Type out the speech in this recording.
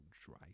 dry